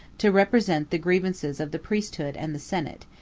to represent the grievances of the priesthood and the senate,